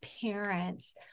parents